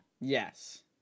yes